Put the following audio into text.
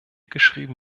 geschrieben